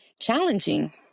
challenging